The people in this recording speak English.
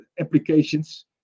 applications